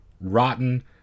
rotten